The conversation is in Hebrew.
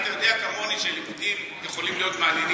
אתה יודע כמוני שלימודים יכולים להיות מעניינים.